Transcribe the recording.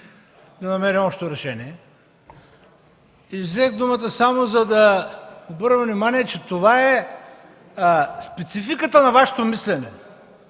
да намерим общо решение. Взех думата само за да обърна внимание, че това е спецификата на Вашето мислене.